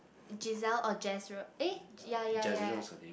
Giselle or Jezreel eh ya ya ya